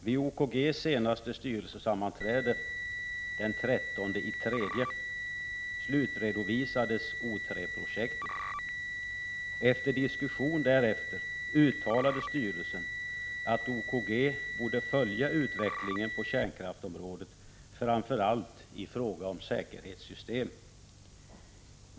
Vid OKGSs senaste styrelsesammanträde 1986-03-13 slutredovisades OIII projektet. Efter diskussion därefter uttalade styrelsen att OKG borde följa utvecklingen på kärnkraftområdet, framför allt i fråga om säkerhetssystem.